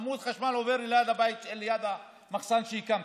עמוד חשמל עובר ליד המחסן שהקמת.